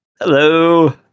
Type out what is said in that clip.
Hello